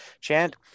chant